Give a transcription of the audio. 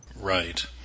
Right